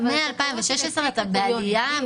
מ-2016 אתה בעלייה מתמשכת.